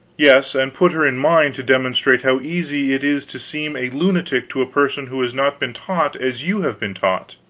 yes, and put her in mine, to demonstrate how easy it is to seem a lunatic to a person who has not been taught as you have been taught.